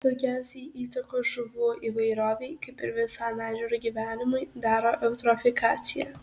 daugiausiai įtakos žuvų įvairovei kaip ir visam ežero gyvenimui daro eutrofikacija